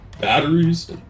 Batteries